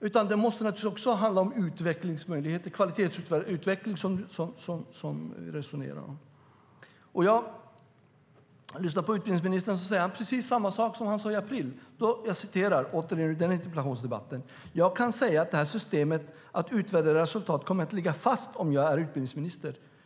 utan det måste naturligtvis också handla om möjligheter till kvalitetsutveckling som vi resonerar om. Utbildningsministern säger precis samma sak som han sade i maj, och jag citerar återigen ur den interpellationsdebatten: "Jag kan säga att det här systemet att utvärdera resultat kommer att ligga fast om jag är utbildningsminister."